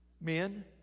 Men